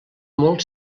molt